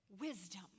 Wisdom